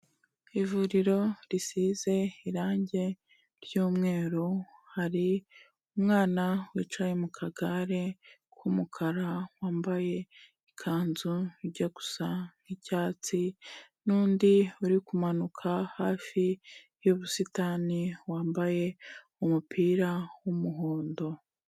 Ivuriro risize irange ry'umweru, hari umwana wicaye mu kagare k'umukara, wambaye ikanzu ijya gusa nk'icyatsi n'undi uri kumanuka hafi y'ubusitani, wambaye umupira w'umuhondo.